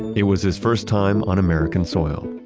it was his first time on american soil.